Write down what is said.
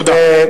תודה.